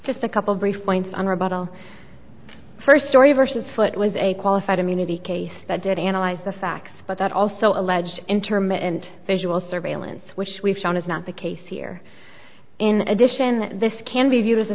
rebuttal first story versus foot was a qualified immunity case that did analyze the facts but that also alleged intermittent visual surveillance which we've shown is not the case here in addition this can be viewed as a